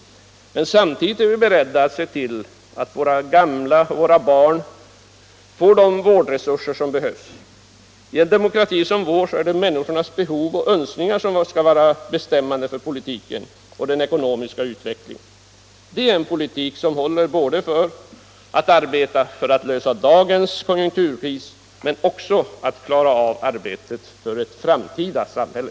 Men samtidigt är vi beredda att se till att våra gamla och våra barn får de vårdresurser som behövs. I en demokrati som vår är det människornas behov och önskningar som skall vara bestämmande för politiken och den ekonomiska utvecklingen. Det är en politik som håller både för arbetet med att lösa dagens konjunkturkris och för att klara av arbetet för ett framtida samhälle.